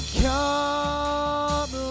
come